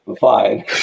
fine